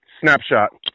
Snapshot